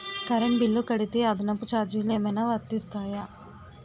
Current bill కడితే అదనపు ఛార్జీలు ఏమైనా వర్తిస్తాయా?